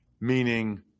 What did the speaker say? meaning